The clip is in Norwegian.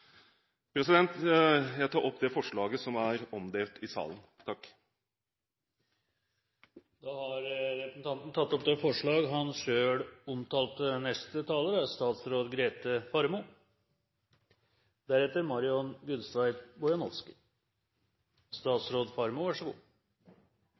tar opp det forslaget som er omdelt i salen. Representanten Geir Jørgen Bekkevold har tatt opp det forslaget han